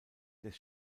des